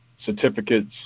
certificates